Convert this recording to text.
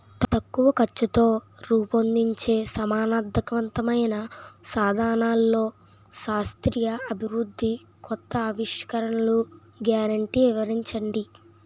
తక్కువ ఖర్చుతో రూపొందించే సమర్థవంతమైన సాధనాల్లో శాస్త్రీయ అభివృద్ధి కొత్త ఆవిష్కరణలు గ్యారంటీ వివరించండి?